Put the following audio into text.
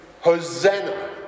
Hosanna